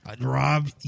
Rob